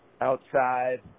outside